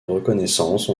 reconnaissance